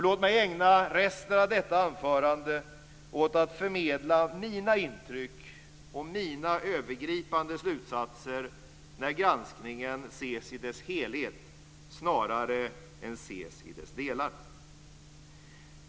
Låt mig ägna resten av detta anförande åt att förmedla mina intryck och mina övergripande slutsatser när granskningen ses i dess helhet snarare än i dess delar.